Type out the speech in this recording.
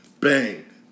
Bang